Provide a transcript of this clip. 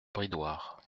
bridoire